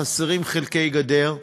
חסרים חלקי גדר,